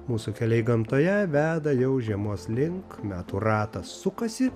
mūsų keliai gamtoje veda jau žiemos link metų ratas sukasi